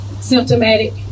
symptomatic